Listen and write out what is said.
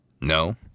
No